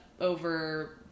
over